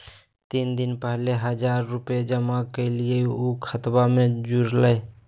तीन दिन पहले हजार रूपा जमा कैलिये, ऊ खतबा में जुरले?